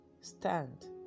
stand